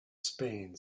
spain